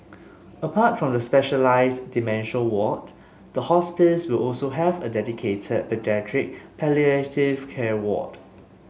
apart from the specialised dementia ward the hospice will also have a dedicated paediatric palliative care ward